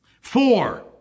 Four